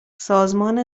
سازمان